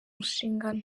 nshingano